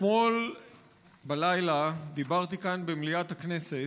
אתמול בלילה דיברתי כאן, במליאת הכנסת,